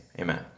amen